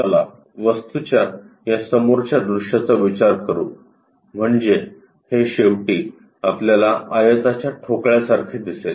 चला वस्तूच्या या समोरच्या दृश्याचा विचार करू म्हणजे हे शेवटी आपल्याला आयताच्या ठोकळ्यासारखे दिसेल